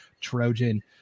Trojan